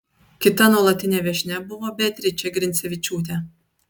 kita nuolatinė viešnia buvo beatričė grincevičiūtė